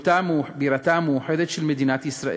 בירתה המאוחדת של מדינת ישראל,